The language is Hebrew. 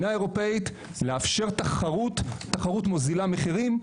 לאפשר תחרות, תחרות מוזילה מחירים,